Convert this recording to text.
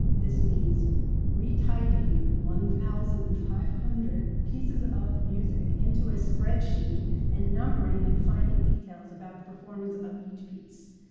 this means retyping one thousand five hundred pieces of music into a spreadsheet and numbering and finding details about the performance of each piece.